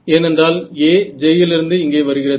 ஏனென்றால் A J லிருந்து இங்கே வருகிறது